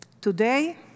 Today